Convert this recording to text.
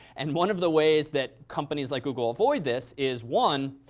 and one of the ways that companies like google avoid this is one,